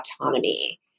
autonomy